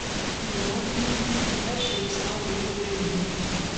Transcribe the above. bloginimas nėra šiaip sau vaikų žaidimai